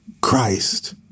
Christ